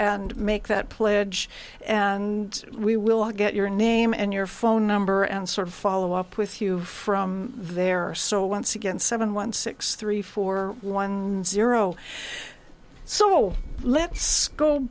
make that pledge and we will get your name and your phone number and sort of follow up with you from there are so once again seven one six three four one zero so let's go